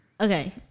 Okay